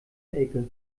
elke